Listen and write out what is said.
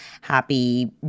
happy